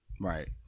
right